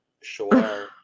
Sure